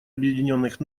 объединенных